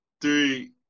three